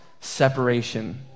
separation